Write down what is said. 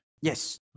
Yes